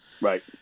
Right